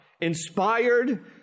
inspired